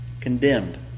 condemned